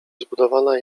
zbudowana